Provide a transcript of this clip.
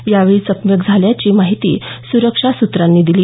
यावेळी चकमक झाल्याची माहिती संरक्षण सूत्रांनी दिली